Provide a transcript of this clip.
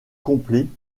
complet